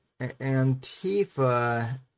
Antifa